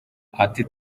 ati